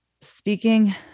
speaking